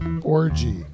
orgy